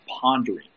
pondering